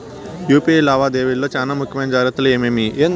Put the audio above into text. UPI లావాదేవీల లో చానా ముఖ్యమైన జాగ్రత్తలు ఏమేమి?